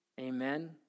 Amen